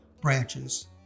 branches